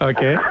Okay